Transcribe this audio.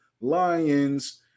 lions